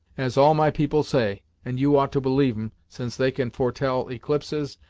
as all my people say, and you ought to believe em, since they can foretell eclipses,